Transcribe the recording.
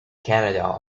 canada